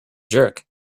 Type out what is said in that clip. jerk